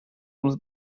ums